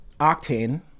Octane